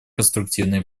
конструктивные